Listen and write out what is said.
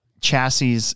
chassis